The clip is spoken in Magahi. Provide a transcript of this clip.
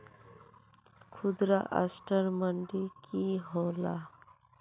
खुदरा असटर मंडी की होला?